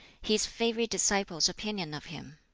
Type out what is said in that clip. his favorite disciple's opinion of him